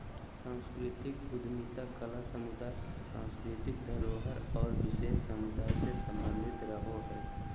सांस्कृतिक उद्यमिता कला समुदाय, सांस्कृतिक धरोहर आर विशेष समुदाय से सम्बंधित रहो हय